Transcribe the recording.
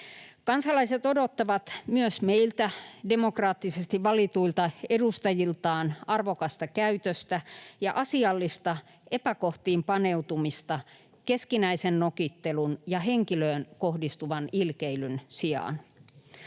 Kansalaiset odottavat myös meiltä demokraattisesti valituilta edustajiltaan arvokasta käytöstä ja asiallista epäkohtiin paneutumista keskinäisen nokittelun ja henkilöön kohdistuvan ilkeilyn sijaan.